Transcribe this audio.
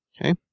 Okay